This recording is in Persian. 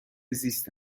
زیست